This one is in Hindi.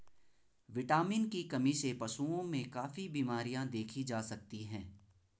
विटामिन की कमी से पशुओं में काफी बिमरियाँ देखी जा सकती हैं